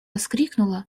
вскрикнула